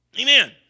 Amen